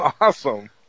Awesome